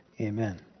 Amen